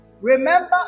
Remember